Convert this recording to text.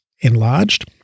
enlarged